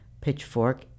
Pitchfork